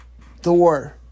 Thor